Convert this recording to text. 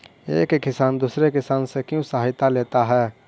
एक किसान दूसरे किसान से क्यों सहायता लेता है?